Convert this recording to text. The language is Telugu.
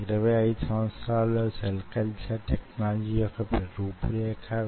ఇప్పుడు దీన్ని బహుళార్థ డైవింగ్ బోర్డ్లతో కూడిన వొక స్విమ్మింగ్ పూల్ గా వూహించుకొండి